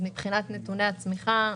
מבחינת נתוני הצמיחה,